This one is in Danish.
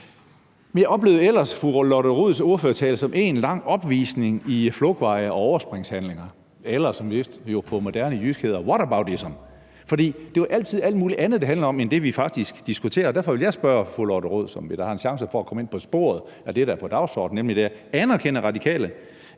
Jeg oplevede ellers fru Lotte Rods ordførertale som en lang opvisning i flugtveje og overspringshandlinger eller det, som vist på moderne jysk hedder whataboutisme, fordi det jo altid er alt mulig andet, det handler om, end det, vi faktisk diskuterer, og derfor vil jeg spørge fru Lotte Rod, så vi da har en chance for at komme ind på sporet af det, der er på dagsordenen, nemlig: Anerkender Radikale